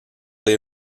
les